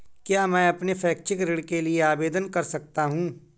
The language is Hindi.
क्या मैं अपने शैक्षिक ऋण के लिए आवेदन कर सकता हूँ?